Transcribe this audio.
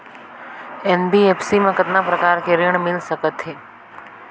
NBFC मा कतना प्रकार कर ऋण मिल सकथे?